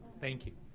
thank you.